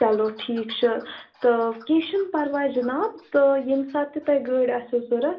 چلو ٹھیٖک چھُ تہٕ کیٚنٛہہ چھُنہٕ پرواے جِناب تہٕ ییٚمہِ ساتہٕ تہِ تۄہہِ گٲڑۍ آسیو ضوٚرَتھ